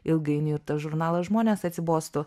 ilgainiui ir tas žurnalas žmonės atsibostų